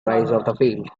field